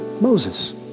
Moses